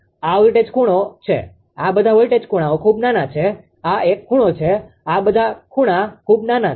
આ વોલ્ટેજ ખૂણો છે આ બધા વોલ્ટેજ ખુણાઓ ખૂબ નાના છે આ એક ખૂણો આ બધા ખૂણા ખૂબ નાના છે